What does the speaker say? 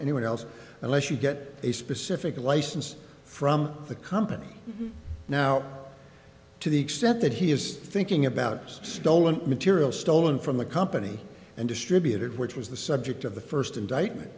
anyone else unless you get a specific license from the company now to the extent that he is thinking about stolen material stolen from the company and distributed which was the subject of the first indictment